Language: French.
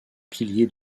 piliers